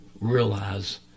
realize